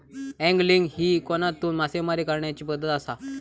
angling ही कोनातून मासेमारी करण्याची पद्धत आसा